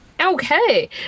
okay